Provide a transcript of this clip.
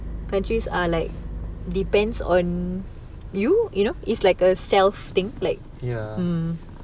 ya